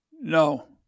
No